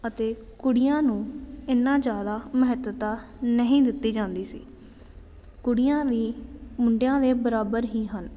ਅਤੇ ਕੁੜੀਆਂ ਨੂੰ ਇੰਨਾ ਜ਼ਿਆਦਾ ਮਹੱਤਤਾ ਨਹੀਂ ਦਿੱਤੀ ਜਾਂਦੀ ਸੀ ਕੁੜੀਆਂ ਵੀ ਮੁੰਡਿਆਂ ਦੇ ਬਰਾਬਰ ਹੀ ਹਨ